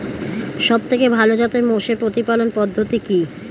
সবথেকে ভালো জাতের মোষের প্রতিপালন পদ্ধতি কি?